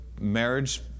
marriage